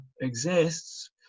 exists